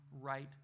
right